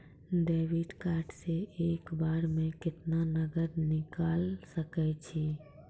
Debit card से एक बार मे केतना नगद निकाल सके छी?